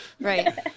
right